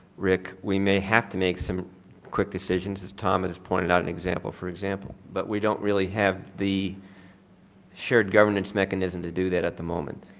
rick, we may have to make some quick decisions as thomas pointed out an example for example, but we don't really have the shared governance mechanism to do that at the moment.